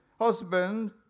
husband